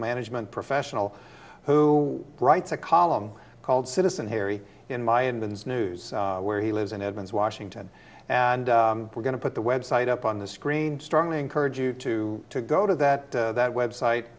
management professional who writes a column called citizen harry in my in this news where he lives in edmonds washington and we're going to put the web site up on the screen strongly encourage you to go to that that website